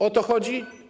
O to chodzi?